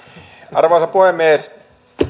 arvoisa puhemies